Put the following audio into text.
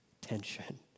tension